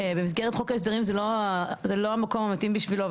במסגרת חוק ההסדרים זה לא זה לא המקום המתאים בשבילו,